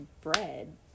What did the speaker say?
bread